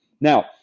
Now-